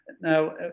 Now